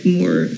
more